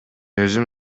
өзүм